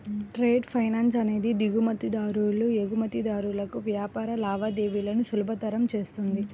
trade finance అనేది దిగుమతిదారులు, ఎగుమతిదారులకు వ్యాపార లావాదేవీలను సులభతరం చేస్తుంది